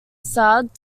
facade